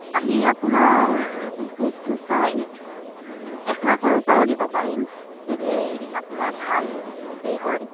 আমি আপোনাৰ বিজনেচটো চাই এক লাখৰ ওপৰো দিব পাৰিম যদি আপোনাৰ ভাল সেই হয়